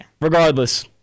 regardless